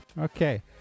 Okay